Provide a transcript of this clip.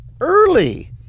early